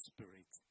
Spirit